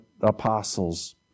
apostles